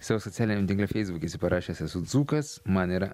savo socialiniame tinkle facebook esi parašęs esu dzūkas man yra